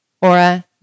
Aura